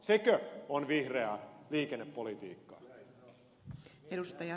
sekö on vihreää liikennepolitiikkaa